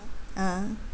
ah